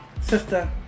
Sister